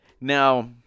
Now